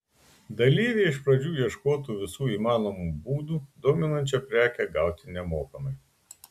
dalyviai iš pradžių ieškotų visų įmanomų būdų dominančią prekę gauti nemokamai